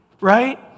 right